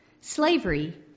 slavery